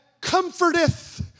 comforteth